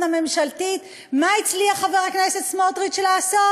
ממשלתית מה הצליח חבר הכנסת סמוטריץ לעשות?